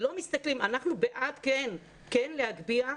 אנחנו בעד כן להגביה,